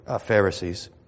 Pharisees